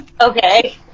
okay